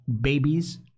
babies